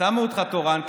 שמו אותך תורן,